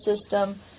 system